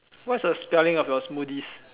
what is the spelling of your smoothies